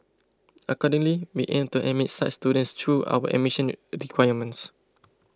accordingly we aim to admit such students through our admission requirements